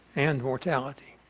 and mortality.